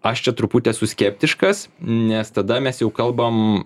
aš čia truputį esu skeptiškas nes tada mes jau kalbam